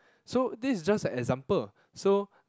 so this is just a example so